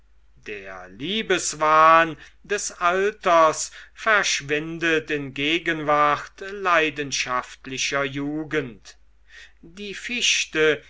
der liebeswahn des alters verschwindet in gegenwart leidenschaftlicher jugend die fichte